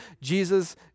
Jesus